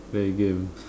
play games